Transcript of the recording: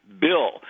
bill